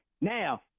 Now